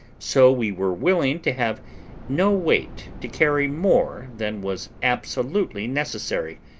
so we were willing to have no weight to carry more than was absolutely necessary,